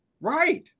right